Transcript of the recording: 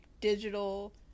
digital